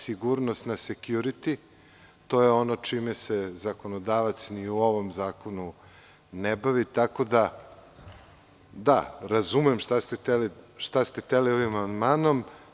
Sigurnost na „sekjuriti“, to je ono čime se zakonodavac ni u ovom zakonu ne bavi, tako da razumem šta ste hteli ovim amandmanom.